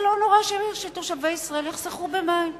זה לא נורא שתושבי ישראל יחסכו במים.